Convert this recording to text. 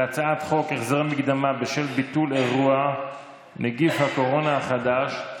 על הצעת חוק החזר מקדמה בשל ביטול אירוע (נגיף הקורונה החדש),